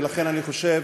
ולכן אני חושב,